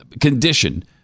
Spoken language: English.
condition